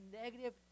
negative